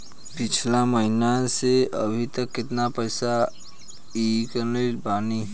पिछला महीना से अभीतक केतना पैसा ईकलले बानी?